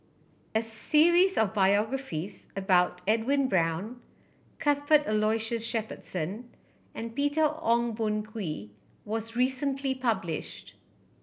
a series of biographies about Edwin Brown Cuthbert Aloysius Shepherdson and Peter Ong Boon Kwee was recently published